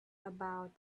about